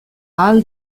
ahal